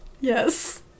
Yes